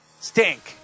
Stink